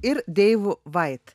ir deivu vait